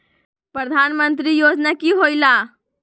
प्रधान मंत्री योजना कि होईला?